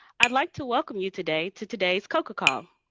i'd like to welcome you today to today's coca call.